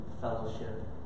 fellowship